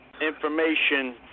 information